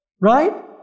Right